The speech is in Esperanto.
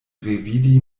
revidi